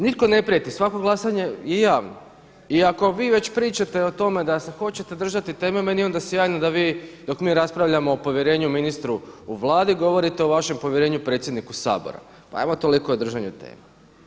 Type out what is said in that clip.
Nitko ne prijeti, svako glasanje je javno i ako vi već pričate o tome da se hoćete držati teme meni je onda sjajno da vi dok mi raspravljamo o povjerenju ministru u Vladi, govorite o vašem povjerenju predsjedniku Sabora, pa ajmo toliko o držanju teme.